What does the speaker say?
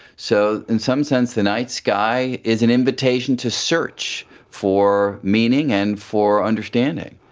so in some sense the night sky is an invitation to search for meaning and for understanding.